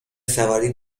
سواری